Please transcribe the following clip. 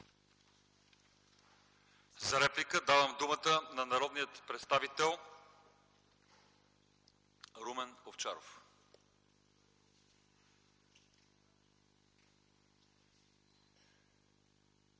За реплика давам думата на народния представител Румен Овчаров.